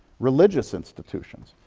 religious institutions.